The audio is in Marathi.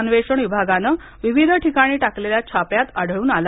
अन्वेषण विभागानं विविध ठिकाणी टाकलेल्या छाप्यात आढळून आलं